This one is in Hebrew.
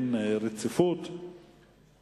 הצעת חוק השיפוט הצבאי (תיקון מס' 56)